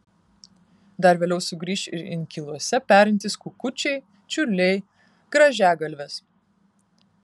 dar vėliau sugrįš ir inkiluose perintys kukučiai čiurliai grąžiagalvės